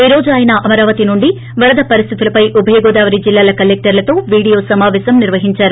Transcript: ఈ రోజు ఆయన అమరావతి నుండి వరద పరిస్తులపై ఉభయగోదావరి జిల్లాల కలెక్టర్లతో వీడియో సమాపేశం నిర్వహించారు